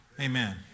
Amen